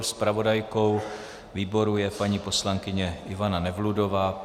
Zpravodajkou výboru je paní poslankyně Ivana Nevludová.